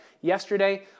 yesterday